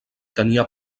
tenia